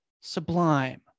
sublime